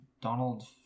Donald